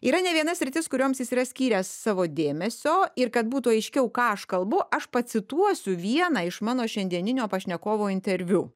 yra ne viena sritis kurioms jis yra skyręs savo dėmesio ir kad būtų aiškiau ką aš kalbu aš pacituosiu vieną iš mano šiandieninio pašnekovo interviu